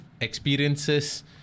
experiences